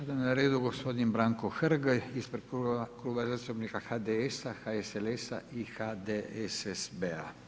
Sada je na redu gospodin Branko Hrg ispred Kluba zastupnika HDS-a, HSLS-a i HDSSB-a.